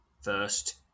First